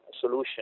solution